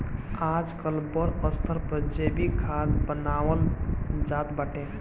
आजकल बड़ स्तर पर जैविक खाद बानवल जात बाटे